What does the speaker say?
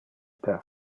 per